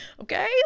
Okay